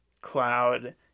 cloud